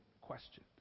question